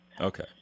Okay